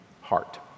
heart